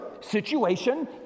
situation